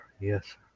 Yes